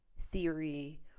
theory